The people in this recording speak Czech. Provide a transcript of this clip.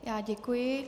Já děkuji.